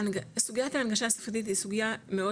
סוגיית ההנגשה השפתית היא סוגייה מאוד